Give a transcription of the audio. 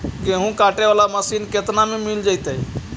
गेहूं काटे बाला मशीन केतना में मिल जइतै?